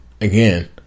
again